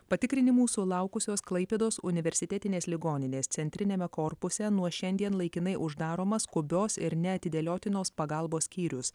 patikrinimų sulaukusios klaipėdos universitetinės ligoninės centriniame korpuse nuo šiandien laikinai uždaromas skubios ir neatidėliotinos pagalbos skyrius